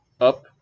up